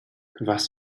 warst